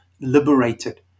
liberated